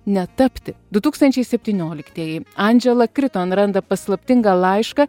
netapti du tūkstančiai septynioliktieji andžela kriton randa paslaptingą laišką